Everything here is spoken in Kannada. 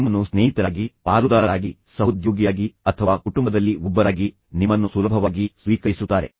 ನಿಮ್ಮನ್ನು ಸ್ನೇಹಿತರಾಗಿ ಪಾಲುದಾರರಾಗಿ ಸಹೋದ್ಯೋಗಿಯಾಗಿ ಅಥವಾ ಕುಟುಂಬದಲ್ಲಿ ಒಬ್ಬರಾಗಿ ನಿಮ್ಮನ್ನು ಸುಲಭವಾಗಿ ಸ್ವೀಕರಿಸುತ್ತಾರೆ